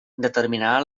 determinarà